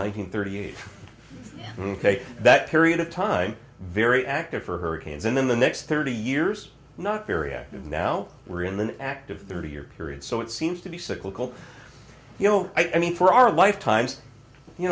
hundred thirty eight ok that period of time very active for hurricanes and then the next thirty years not very active now we're in an active thirty year period so it seems to be cyclical you know i mean for our lifetimes you